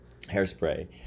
Hairspray